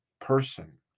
person